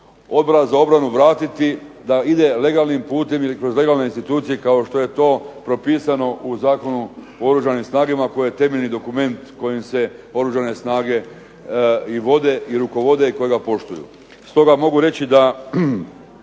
Odbora za obranu vratiti da ide legalnim putem ili kroz legalne institucije, kao što je to propisano u zakonu o Oružanim snagama koji je temeljni dokument kojim se Oružane snage i vode i rukovode i koje ga poštuju. Stoga mogu reći da